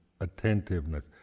attentiveness